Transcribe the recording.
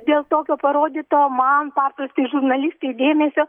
dėl tokio parodyto man paprastai žurnalistei dėmesio